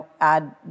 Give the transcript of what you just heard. add